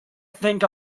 think